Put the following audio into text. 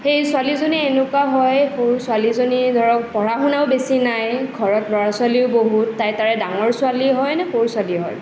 সেই ছোৱালীজনীৰ এনেকুৱা হয় সৰু ছোৱালীজনীৰ ধৰক পঢ়া শুনাও বেছি নাই ঘৰত ল'ৰা ছোৱালীও বহুত তাই তাৰে ডাঙৰ ছোৱালী হয়নে সৰু ছোৱালী হয়